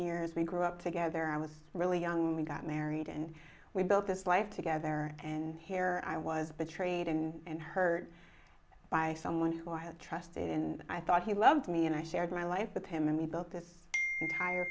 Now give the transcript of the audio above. years we grew up together i was really young when we got married and we built this life together and here i was betrayed and hurt by someone who i trusted and i thought he loved me and i shared my life with him and we built this